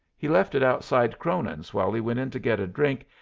he left it outside cronin's while he went in to get a drink,